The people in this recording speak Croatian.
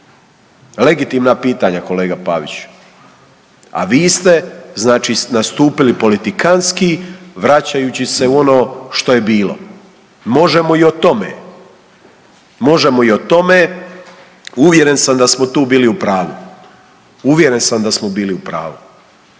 legitimna pitanja kolega Paviću, a vi ste znači nastupili politikanski vraćajući se u ono što je bilo. Možemo i o tome, možemo i tome. Uvjeren sam tu bili u pravu, uvjeren sam da smo bili u pravu.